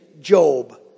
Job